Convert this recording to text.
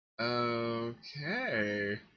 okay